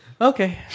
Okay